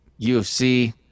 UFC